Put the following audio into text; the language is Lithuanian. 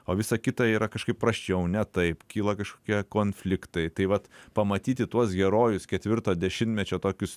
o visa kita yra kažkaip prasčiau ne taip kyla kažkokie konfliktai tai vat pamatyti tuos herojus ketvirto dešimtmečio tokius